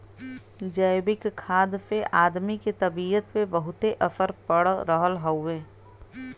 जैविक खाद से आदमी के तबियत पे बहुते असर पड़ रहल हउवे